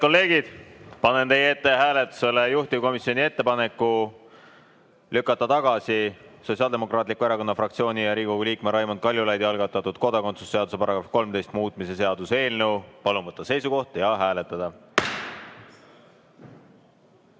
kolleegid, panen hääletusele juhtivkomisjoni ettepaneku lükata tagasi Sotsiaaldemokraatliku Erakonna fraktsiooni ja Riigikogu liikme Raimond Kaljulaidi algatatud kodakondsuse seaduse § 13 muutmise seaduse eelnõu. Palun võtta seisukoht ja hääletada!